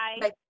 Bye